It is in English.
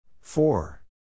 four